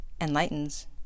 enlightens